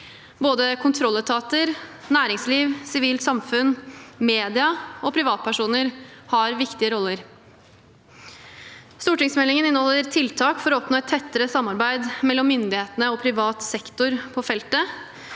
Både kontrolletater, næringsliv, sivilt samfunn, media og privatpersoner har viktige roller. Stortingsmeldingen inneholder tiltak for å oppnå et tettere samarbeid mellom myndighetene og privat sektor på feltet,